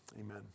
Amen